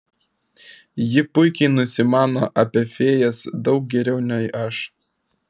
ji puikiai nusimano apie fėjas daug geriau nei aš